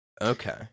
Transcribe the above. Okay